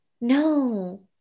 No